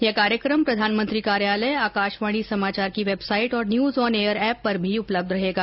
यह कार्यकम प्रधानमंत्री कार्यालय आकाशवाणी समाचार की वेबसाइट और न्यूज़ ऑन एयर एप पर भी उपलब्ध रहेगा